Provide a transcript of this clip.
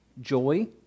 joy